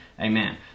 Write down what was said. Amen